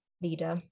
leader